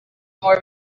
more